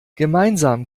gemeinsam